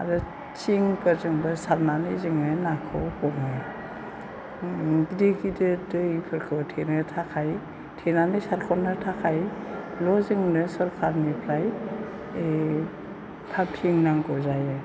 आरो थिंफोरजोंबो जोङो नाखौ सारनानै हमो गिदिर गिदिर दैफोरखौ थेनो थाखाय थेनानै सारहरनो थाखायल' जोंनो सरखारनिफ्राय ओइ थाफ्लिं नांगौ जायो